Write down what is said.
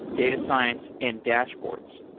data science and dashboards.